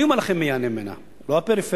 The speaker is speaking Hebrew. אני אומר לכם מי ייהנה ממנה: לא הפריפריה,